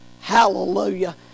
Hallelujah